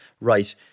right